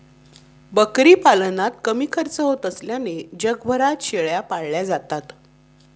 बकरी पालनात कमी खर्च होत असल्याने जगभरात शेळ्या पाळल्या जातात